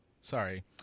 sorry